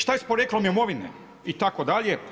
Šta je sa porijeklom imovine itd.